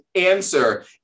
answer